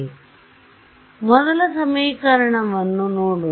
ಆದ್ದರಿಂದ ಮೊದಲ ಸಮೀಕರಣವನ್ನು ನೋಡೋಣ